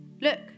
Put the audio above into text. look